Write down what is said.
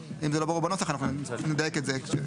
אם זה לא ברור בנוסח אז נדייק את זה בהצבעות.